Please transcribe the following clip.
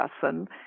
person